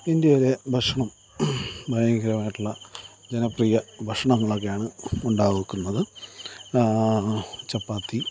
ഇന്ത്യയിലെ ഭക്ഷണം ഭയങ്കരമായിട്ടുള്ള ജനപ്രിയ ഭക്ഷണങ്ങളൊക്കെയാണ് ഉണ്ടാക്കുന്നത് ചപ്പാത്തി